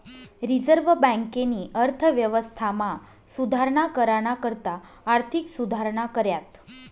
reserve बँकेनी अर्थव्यवस्थामा सुधारणा कराना करता आर्थिक सुधारणा कऱ्यात